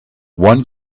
one